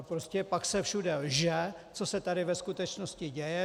Prostě pak se všude lže, co se tady ve skutečnosti děje.